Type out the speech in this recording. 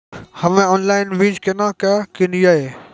हम्मे ऑनलाइन बीज केना के किनयैय?